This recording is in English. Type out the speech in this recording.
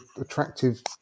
attractive